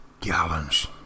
Gallons